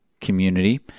community